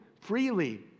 freely